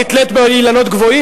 את באמת נתלית באילנות גבוהים,